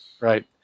Right